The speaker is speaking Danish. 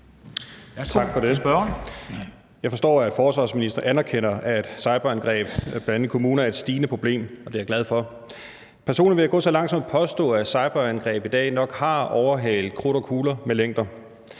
Jeg forstår, at forsvarsministeren anerkender, at cyberangreb, bl.a. i kommuner, er et stigende problem. Og det er jeg glad for. Personligt vil jeg gå så langt som til at påstå, at cyberangreb i dag i nok har overhalet krudt og kugler med længder.